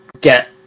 get